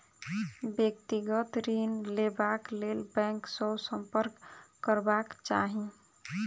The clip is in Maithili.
व्यक्तिगत ऋण लेबाक लेल बैंक सॅ सम्पर्क करबाक चाही